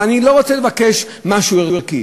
אבל אני לא רוצה לבקש משהו ערכי,